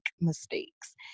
mistakes